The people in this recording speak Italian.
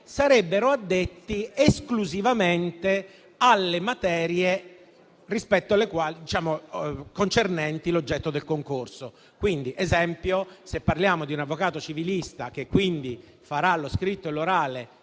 sarebbero addetti esclusivamente alle materie concernenti l'oggetto del concorso. Ad esempio, se parliamo di un avvocato civilista, che farà lo scritto e l'orale